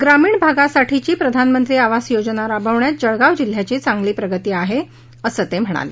ग्रामीण भागासाठीची प्रधानमंत्री आवास योजना राबवण्यात जळगाव जिल्ह्याची चांगली प्रगती आहे असं ते म्हणाले